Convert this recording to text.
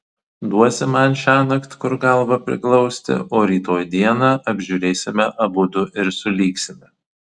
duosi man šiąnakt kur galvą priglausti o rytoj dieną apžiūrėsime abudu ir sulygsime